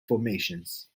formations